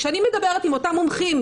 כשאני מדברת עם אותם מומחים,